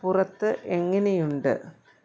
പുറത്ത് എങ്ങനെയുണ്ട്